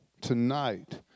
tonight